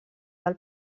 del